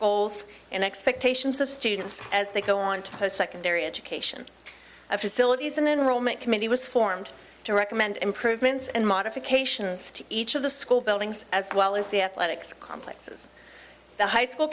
goals and expectations of students as they go on to post secondary education of facilities and enroll my committee was formed to recommend improvements and modifications to each of the school buildings as well as the athletics complexes the high school